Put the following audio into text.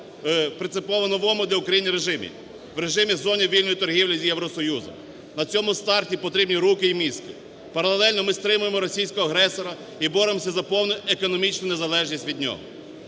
для України режимі, в режимі зоні вільної торгівлі з Євросоюзом. На цьому старті потрібні руки і мізки. Паралельно ми стримуємо російського агресора і боремося за повну економічну залежність від нього.